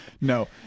no